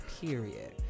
period